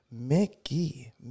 Mickey